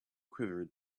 quivered